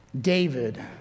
David